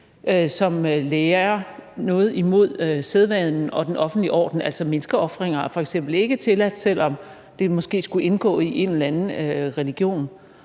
som lærer noget imod sædvanen og den offentlige orden. Altså, menneskeofringer er f.eks. ikke tilladt, selv om det måske skulle indgå i en eller anden religion,